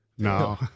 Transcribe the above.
No